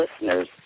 listeners